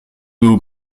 will